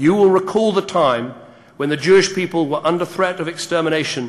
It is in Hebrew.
אחת החוויות היותר-מרגשות שלי כראש הממשלה הייתה בינואר,